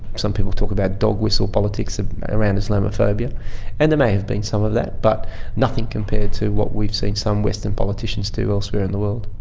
some people talk about dog whistle politics around islamophobia and there may have been some of that but nothing compared to what we've seen some western politicians do elsewhere in the world.